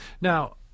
now